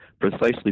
Precisely